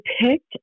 picked